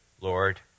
Lord